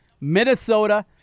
Minnesota